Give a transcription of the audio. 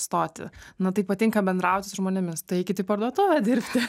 stoti nu tai patinka bendraut su žmonėmis tai eikit į parduotuvę dirbti